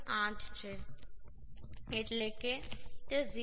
0125 8 છે એટલે કે તે 0